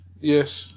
Yes